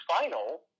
final